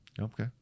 Okay